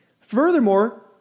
Furthermore